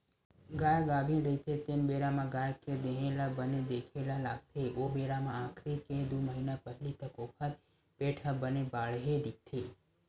गाय गाभिन रहिथे तेन बेरा म गाय के देहे ल बने देखे ल लागथे ओ बेरा म आखिरी के दू महिना पहिली तक ओखर पेट ह बने बाड़हे दिखथे